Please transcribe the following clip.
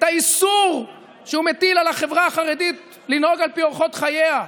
את האיסור שהוא מטיל על החברה החרדית לנהוג על פי אורחות חייה,